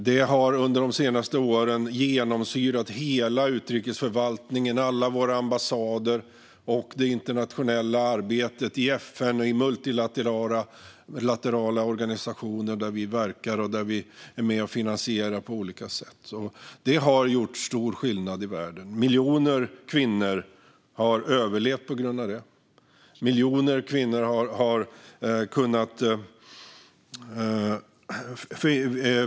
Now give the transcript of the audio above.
Detta har under de senaste åren genomsyrat hela utrikesförvaltningen, alla våra ambassader och det internationella arbetet i FN och i multilaterala organisationer där vi verkar och är med och finansierar på olika sätt. Det har gjort stor skillnad i världen. Miljoner kvinnor har överlevt tack vare det.